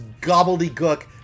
gobbledygook